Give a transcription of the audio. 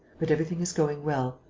but everything is going well.